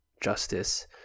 justice